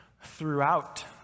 throughout